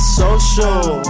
social